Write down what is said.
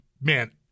man